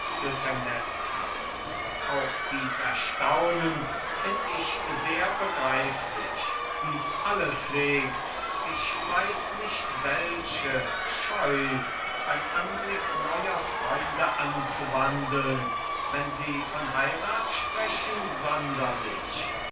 auch dies erstaunen find ich sehr begreiflich uns alle pflegt ich weiß nicht welche scheu beim anblick neuer freunde umzuwandeln wenn sie von heirath sprechen sonderlich